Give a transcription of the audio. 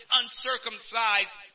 uncircumcised